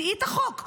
דעי את החוק.